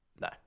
No